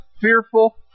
fearful